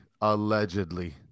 allegedly